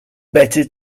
better